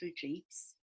Jeeps